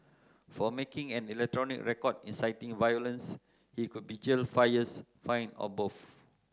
for making an electronic record inciting violence he could be jailed five years fined or both